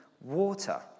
water